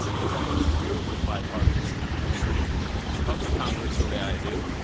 you had a whole series of bipartisan agreements. if you cover congress the way i do,